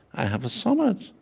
i have a sonnet.